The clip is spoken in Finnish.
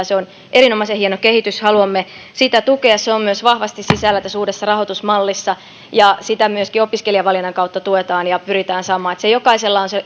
se on erinomaisen hieno kehitys aluamme sitä tukea se on vahvasti sisällä myös tässä uudessa rahoitusmallissa ja sitä myöskin opiskelijavalinnan kautta tuetaan ja pyritään saamaan että jokaisella on se